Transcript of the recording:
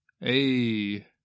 hey